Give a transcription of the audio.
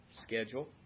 schedule